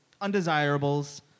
undesirables